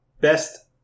best